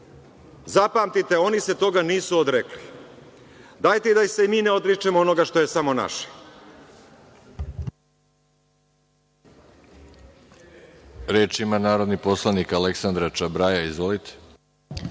Zapamtite, oni se toga nisu odrekli. Dajte da se i mi ne odričemo onoga što je samo naše.